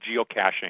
geocaching